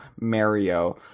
Mario